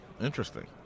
Interesting